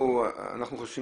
אנחנו חוששים